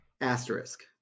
Asterisk